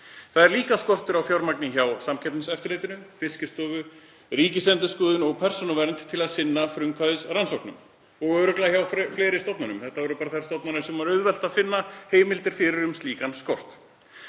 Það er líka skortur á fjármagni hjá Samkeppniseftirlitinu, Fiskistofu, Ríkisendurskoðun og Persónuvernd til að sinna frumkvæðisrannsóknum og örugglega hjá fleiri stofnunum. Þetta voru bara þær stofnanir sem var auðvelt að finna heimildir fyrir um slíkan skort.